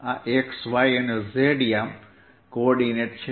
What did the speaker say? આ x y અને z યામ છે